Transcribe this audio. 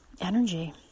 energy